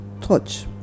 touch